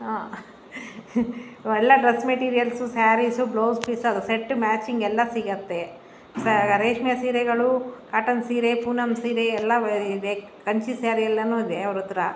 ಒಳ್ಳೆಯ dress materials sarees blouse piece ಅದು set matching ಎಲ್ಲ ಸಿಗತ್ತೆ ರೇಷ್ಮೆ ಸೀರೆಗಳು ಕಾಟನ್ ಸೀರೆ ಪೂನಂ ಸೀರೆ ಎಲ್ಲ ಇದೆ ಕಂಚಿ ಸ್ಯಾರಿ ಎಲ್ಲಾನು ಇದೆ ಅವ್ರ ಹತ್ರ